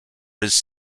his